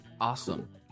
awesome